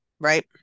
right